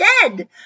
dead